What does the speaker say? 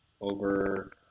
over